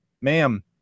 Ma'am